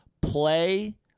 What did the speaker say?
Play